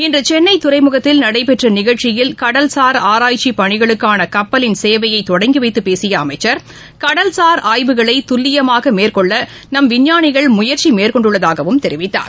இன்று சென்னை துறைமுகத்தில் நடைபெற்ற நிகழ்ச்சியில் கடல்சார் ஆராய்ச்சி பணிகளுக்கான கப்பலின் சேவையை தொடங்கிவைத்து பேசிய அமைச்சர் கடல்சாா் ஆய்வுகளை துல்லியமாக மேற்கொள்வதற்கு நம் விஞ்ஞானிகள் முயற்சி மேற்கொண்டுள்ளதாகவும் தெரிவித்தார்